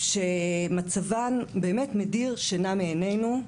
שמצבן באמת מדיר שינה מעינינו.